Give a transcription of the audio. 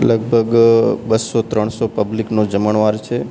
લગભગ બસો ત્રણસો પબ્લિકનો જમણવાર છે